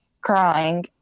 crying